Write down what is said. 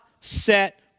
set